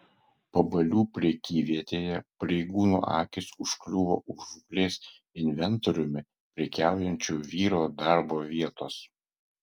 pabalių prekyvietėje pareigūnų akys užkliuvo už žūklės inventoriumi prekiaujančio vyro darbo vietos